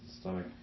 stomach